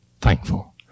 Thankful